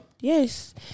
Yes